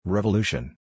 Revolution